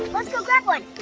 let's go grab one.